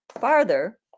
farther